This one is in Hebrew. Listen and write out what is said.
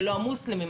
ולא המוסלמים.